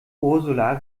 ursula